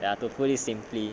ya to put it simply